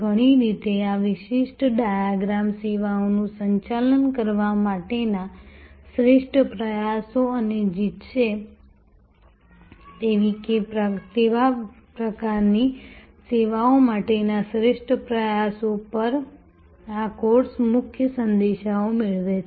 ઘણી રીતે આ વિશિષ્ટ ડાયાગ્રામ સેવાઓનું સંચાલન કરવા માટેના શ્રેષ્ઠ પ્રયાસો અને જીતશે તેવી પ્રકારની સેવાઓ માટેના શ્રેષ્ઠ પ્રયાસો પર આ કોર્સના મુખ્ય સંદેશાઓ મેળવે છે